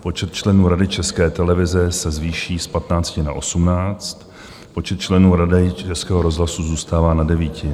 Počet členů Rady České televize se zvýší z 15 na 18, počet členů Rady Českého rozhlasu zůstává na devíti.